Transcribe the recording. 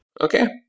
Okay